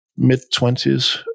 mid-twenties